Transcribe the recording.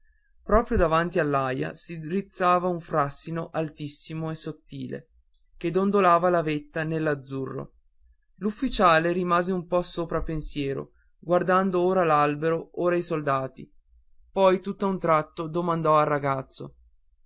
proprio davanti all'aia si drizzava un frassino altissimo e sottile che dondolava la vetta nell'azzurro l'ufficiale rimase un po sopra pensiero guardando ora l'albero ora i soldati poi tutt'a un tratto domandò al ragazzo